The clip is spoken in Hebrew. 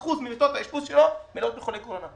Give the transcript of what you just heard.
ש-30% ממיטות האשפוז שלו מלאות בחולי קורונה.